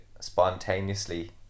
spontaneously